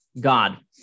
god